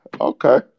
Okay